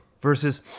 versus